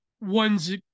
one's